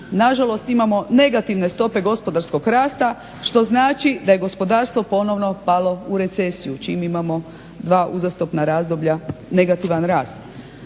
nažalost imamo negativne stope gospodarskog rasta što znači da je gospodarstvo ponovno palo u recesiju, čim imamo 2 uzastopna razdoblja negativan rast.